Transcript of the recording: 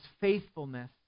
faithfulness